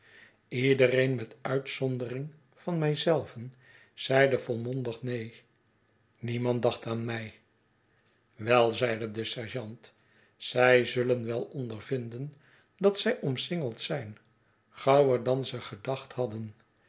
iedereen met uitzondering van mij zelven zeide volmondig neen niemand dacht aan mij wel zeide de sergeant zij zullen wel ondervinden dat zij omsingeld zijn gauwer dan ze gedacht hadden